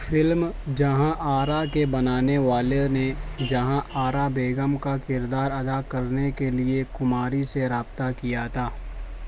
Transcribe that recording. film Jahan Ara کے بنانے والو نے جہاں آرا بیگم کا کردار ادا کرنے کے لیے کماری سے رابطہ کیا تھا